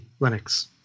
Linux